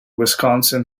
wisconsin